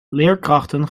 leerkrachten